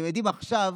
אתם יודעים, עכשיו